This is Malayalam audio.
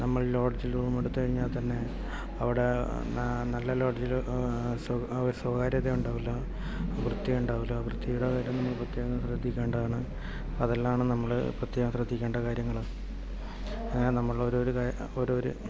നമ്മൾ ലോഡ്ജിൽ റൂമെടുത്ത് കഴിഞ്ഞാൽ തന്നെ അവിടെ നല്ല ലോഡ്ജിൽ സ്വ ഒരു സ്വകാര്യത ഉണ്ടാകുകയില്ല വൃത്തിയുണ്ടാകില്ല വൃത്തിയുടെ കാര്യം പ്രത്യേകം ശ്രദ്ധിക്കേണ്ടതാണ് അതെല്ലാമാണ് നമ്മൾ പ്രത്യേകം ശ്രദ്ധിക്കേണ്ട കാര്യങ്ങൾ നമ്മൾ ഓരോരോ ഓരോ ഓരോരു